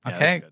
Okay